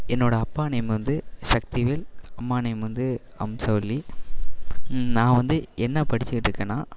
என்னோட அப்பா நேம் வந்து சக்திவேல் அம்மா நேம் வந்து அம்சவள்ளி நான் வந்து என்ன படிச்சுட்டுருக்கேனா